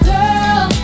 Girl